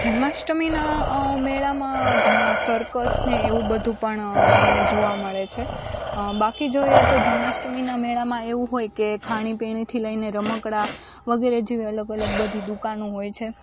જન્માષ્ટમીના મેળામાં ઘણા સર્કસને એવું બધું પણ તમને જોવા મળે છે બાકી જોઈએ તો જન્માષ્ટમીના મેળામાં એવું હોય કે ખાણીપીણીથી લઈને રમકડા વગેરે જેવી અલગ અલગ બધી દુકાનો હોય છે